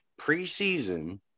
preseason